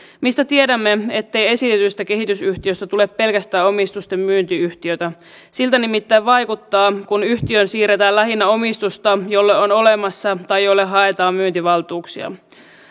mistä tiedämme ettei esitetystä kehitysyhtiöstä tule pelkästään omistusten myyntiyhtiötä siltä nimittäin vaikuttaa kun yhtiöön siirretään lähinnä omistusta jolle on olemassa tai jolle haetaan myyntivaltuuksia